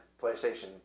PlayStation